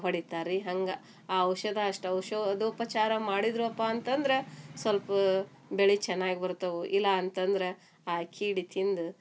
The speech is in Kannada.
ಹೊಡಿತಾರೆ ರೀ ಹಂಗೆ ಆ ಔಷಧಿ ಅಷ್ಟು ಔಷಧೋಪಚಾರ ಮಾಡಿದರವ್ಪ ಅಂತಂದ್ರೆ ಸೊಲ್ಪ ಬೆಳೆ ಚೆನ್ನಾಗಿ ಬರ್ತವೆ ಇಲ್ಲ ಅಂತಂದ್ರೆ ಆ ಕೀಡೆ ತಿಂದು